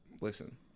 Listen